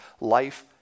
life